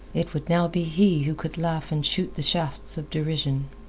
it would now be he who could laugh and shoot the shafts of derision.